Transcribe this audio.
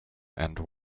and